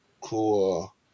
cool